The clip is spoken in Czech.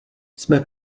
jsme